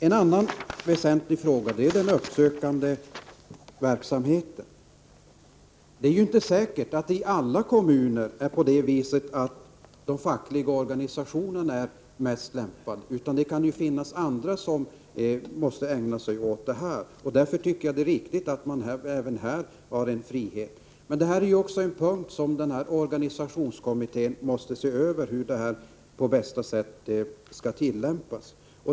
En annan väsentlig fråga gäller den uppsökande verksamheten. Det är inte säkert att det i alla kommuner är så att de fackliga organisationerna är mest lämpade för denna verksamhet, utan det kan finnas andra som bör ägna sig åt denna. Därför är det riktigt att även på denna punkt ha en frihet. Men detta är också någonting som organisationskommittén måste se över och undersöka hur bestämmelserna på bästa sätt skall tillämpas.